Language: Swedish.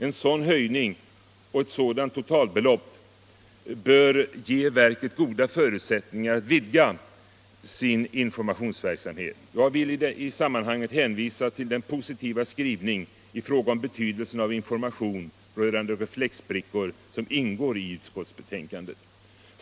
En sådan höjning och ett sådant totalbelopp bör ge verket goda förutsättningar att vidga sin informationsverksamhet. Jag vill i sammanhanget hänvisa till den positiva skrivning i fråga om betydelsen av information rörande reflexbrickor som ingår i utskottets betänkande.